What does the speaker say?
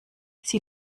sie